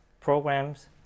programs